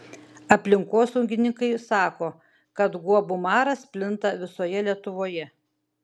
aplinkosaugininkai sako kad guobų maras plinta visoje lietuvoje